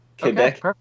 Quebec